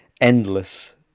endless